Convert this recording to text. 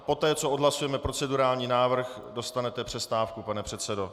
Poté co odhlasujeme procedurální návrh, dostanete přestávku, pane předsedo.